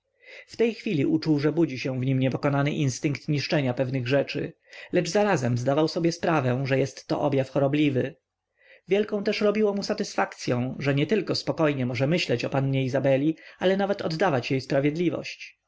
w tej chwili uczuł że budzi się w nim niepokonany instynkt niszczenia pewnych rzeczy lecz zarazem zdawał sobie sprawę że jestto objaw chorobliwy wielką też robiło mu satysfakcyą że nietylko spokojnie może myśleć o pannie izabeli ale nawet oddawać jej sprawiedliwość o co